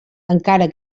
encara